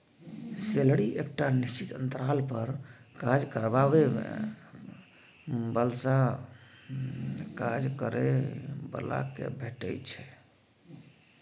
salary एकटा निश्चित अंतराल पर काज करबाबै बलासँ काज करय बला केँ भेटै छै